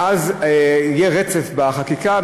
ואז יהיה רצף בחקיקה,